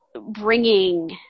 bringing